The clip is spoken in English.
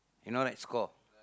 you know right score